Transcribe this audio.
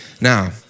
now